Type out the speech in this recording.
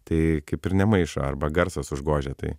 tai kaip ir nemaišo arba garsas užgožia tai